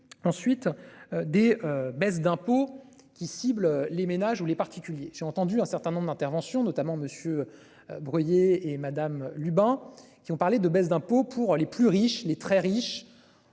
ensuite. Des baisses d'impôts qui ciblent les ménages ou les particuliers. J'ai entendu un certain nombre d'interventions, notamment monsieur. Brouillé et Madame Lubin. Si on parlait de baisse d'impôts pour les plus riches, les très riches.